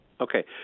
Okay